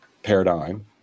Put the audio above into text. paradigm